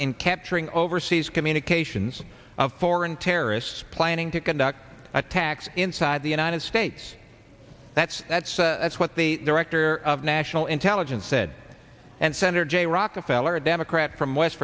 in capturing overseas communications of foreign terrorists planning to conduct attacks inside the united states that's that's what the director of national intelligence said and senator jay rockefeller democrat from west